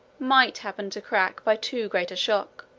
might happen to crack by too great a shock,